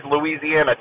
Louisiana